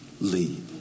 lead